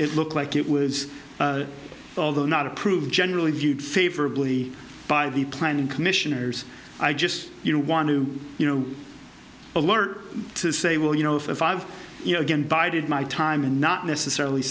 looks like it was although not approved generally viewed favorably by the planning commissioners i just you know want to you know alert to say well you know if i've you know again bided my time and not necessarily